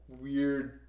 weird